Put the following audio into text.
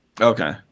okay